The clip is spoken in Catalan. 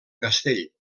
castell